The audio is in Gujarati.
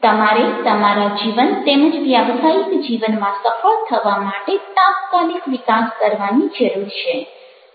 તમારે તમારા જીવન તેમજ વ્યાવસાયિક જીવનમાં સફળ થવા માટે તાત્કાલિક વિકાસ કરવાની જરૂર છે